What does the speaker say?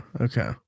Okay